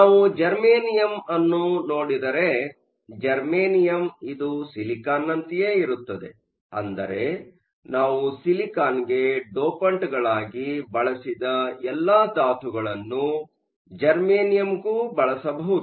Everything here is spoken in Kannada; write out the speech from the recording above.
ನಾವು ಜರ್ಮೇನಿಯಮ್ ಅನ್ನು ನೋಡಿದರೆ ಜರ್ಮೇನಿಯಮ್ ಇದು ಸಿಲಿಕಾನ್ನಂತೆಯೇ ಇರುತ್ತದೆ ಅಂದರೆ ನಾವು ಸಿಲಿಕಾನ್ಗೆ ಡೋಪಂಟ್ಗಳಾಗಿ ಬಳಸಿದ ಎಲ್ಲಾ ಧಾತುಗಳನ್ನು ಜರ್ಮೇನಿಯಂಗೂ ಬಳಸಬಹುದು